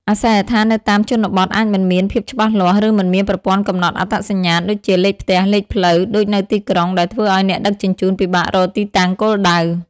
អាសយដ្ឋាននៅតាមជនបទអាចមិនមានភាពច្បាស់លាស់ ឬមិនមានប្រព័ន្ធកំណត់អត្តសញ្ញាណ (ដូចជាលេខផ្ទះ លេខផ្លូវ) ដូចនៅទីក្រុង ដែលធ្វើឱ្យអ្នកដឹកជញ្ជូនពិបាករកទីតាំងគោលដៅ។